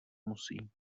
musí